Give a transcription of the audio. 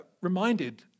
reminded